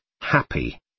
happy